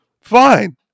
fine